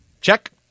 check